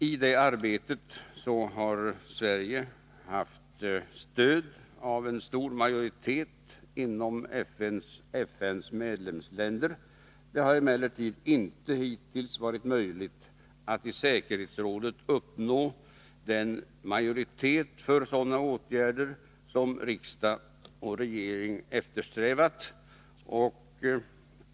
I det arbetet har Sverige haft stöd av en stor majoritet inom FN:s medlemsländer. Det har emellertid inte hittills varit möjligt att i säkerhetsrådet uppnå den majoritet för sådana åtgärder som riksdag och regering eftersträvat.